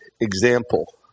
example